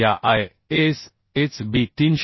आता या ISHB